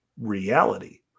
reality